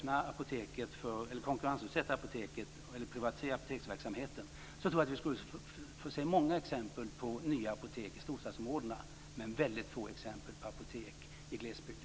Om apoteksverksamheten privatiserades tror jag att vi skulle få se många exempel på nya apotek i storstadsområdena men väldigt få exempel på apotek i glesbygden.